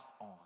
on